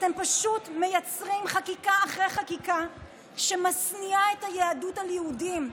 אתם פשוט מייצרים חקיקה אחרי חקיקה שמשניאה את היהדות על יהודים.